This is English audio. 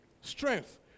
strength